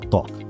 Talk